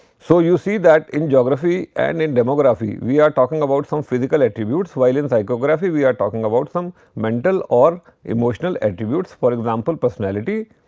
so, you see that in geography and in demography, we are talking about some physical attributes while in psychographic we are talking about some mental or emotional attributes for example, personality.